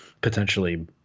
potentially